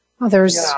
others